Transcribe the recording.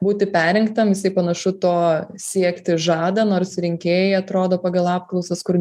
būti perrinktam jisai panašu to siekti žada nors rinkėjai atrodo pagal apklausas kur